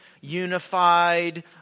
unified